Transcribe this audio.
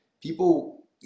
people